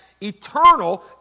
eternal